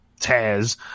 Taz